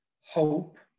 hope